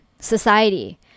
society